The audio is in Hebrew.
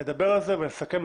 נדבר על זה ונסכם,